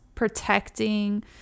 protecting